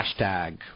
Hashtag